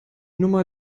nummer